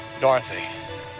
Dorothy